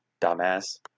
Dumbass